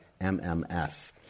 MMS